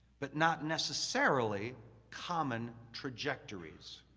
but not necessarily common trajectories.